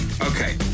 Okay